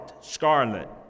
scarlet